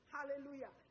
Hallelujah